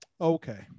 okay